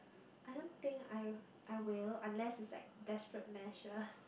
I don't think I I will unless is like desperate measures